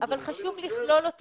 אני חושב ש --- אבל חשוב לכלול אותם,